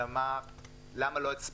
אלא למה למעשה לא הספקתם.